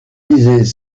lisez